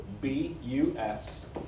B-U-S